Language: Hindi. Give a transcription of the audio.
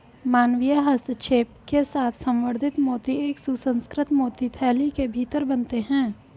मानवीय हस्तक्षेप के साथ संवर्धित मोती एक सुसंस्कृत मोती थैली के भीतर बनते हैं